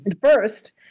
first